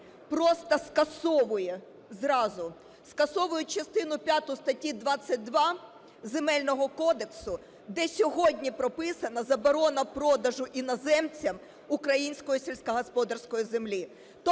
просто скасовує зразу, скасовує частину п'яту статті 22 Земельного кодексу, де сьогодні прописана заборона продажу іноземцям української сільськогосподарської землі.